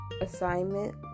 assignment